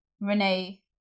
Renee